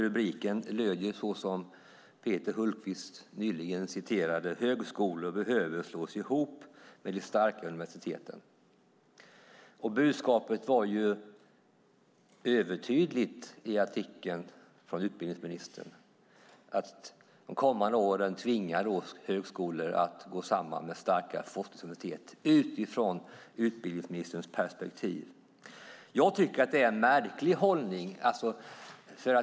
Rubriken löd, såsom Peter Hultqvist nyligen citerade: "Högskolor behöver slås ihop med de starka universiteten". Budskapet i artikeln från utbildningsministern var övertydligt. Det handlade om att under de kommande åren tvinga högskolor att gå samman med starka forskningsuniversitet, utifrån utbildningsministerns perspektiv. Jag tycker att det är en märklig hållning.